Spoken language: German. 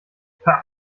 pah